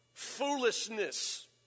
foolishness